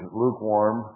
lukewarm